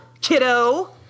kiddo